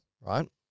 right